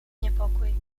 niepokój